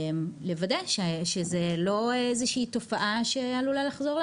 לוודא שזה לא תופעה מסוימת שעלולה לחזור על